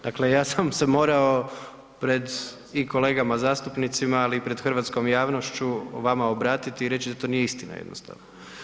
Dakle, ja sam se morao pred i kolegama zastupnicima, ali i pred hrvatskom javnošću vama obratiti i reći da to nije istina jednostavno.